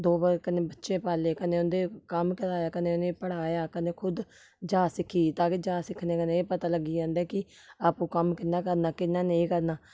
दोऐ कन्नै बच्चे पाले कन्नै उं'दे कम्म कराया कन्नै उ'नें गी पढ़ाया कन्नै खुद जाच सिक्खी ताकि जाच सिक्खने कन्नै एह् पता लग्गी जंदा कि आपूं कम्म कि'यां करना कि'यां नेईं करना